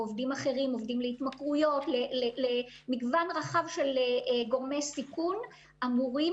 עובדים להתמכרויות ולמגוון רחב של גורמי סיכון אמורים